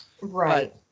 Right